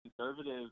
conservative